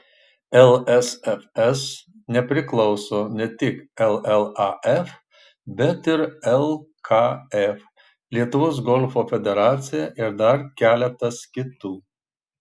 lsfs nepriklauso ne tik llaf bet ir lkf lietuvos golfo federacija ir dar keletas kitų